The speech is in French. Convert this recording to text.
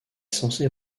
censée